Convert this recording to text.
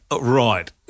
Right